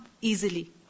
easily